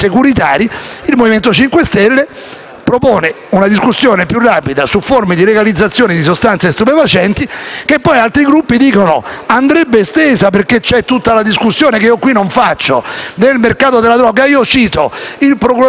propone una discussione più rapida su forme di legalizzazione di sostanze stupefacenti che poi altri Gruppi dicono che andrebbe estesa. C'è infatti tutta la discussione, che qui non riporto, relativa al mercato della droga. Il procuratore della Repubblica di Catanzaro